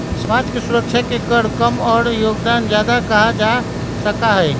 समाज के सुरक्षा के कर कम और योगदान ज्यादा कहा जा सका हई